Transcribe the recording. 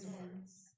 words